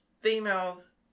females